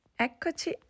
Eccoci